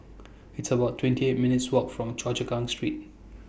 It's about twenty eight minutes' Walk from Choa Chu Kang Street